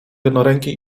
jednoręki